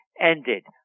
ended